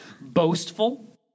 boastful